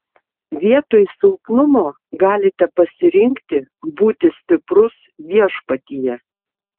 vietoj silpnumo galite pasirinkti būti stiprus viešpatyje